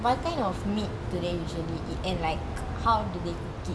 what kind of meat do they usually eat and like how do they cook it